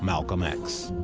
malcolm x.